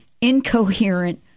incoherent